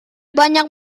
banyak